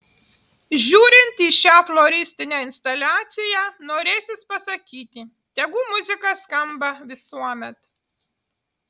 žiūrint į šią floristinę instaliaciją norėsis pasakyti tegu muzika skamba visuomet